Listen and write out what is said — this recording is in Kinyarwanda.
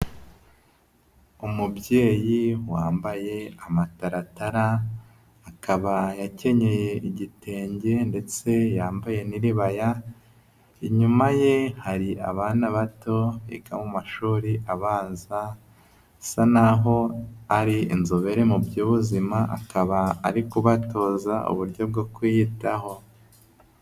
Umubyeyi wambaye amataratara, akaba yakenyeye igitenge ndetse yambaye n'iribaya, inyuma ye hari abana bato biga mu mashuri abanza, asa n'aho ari inzobere mu by'ubuzima, akaba ari kubatoza uburyo bwo kwiyitaho.